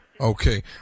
Okay